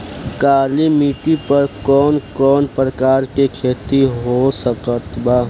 काली मिट्टी पर कौन कौन प्रकार के खेती हो सकत बा?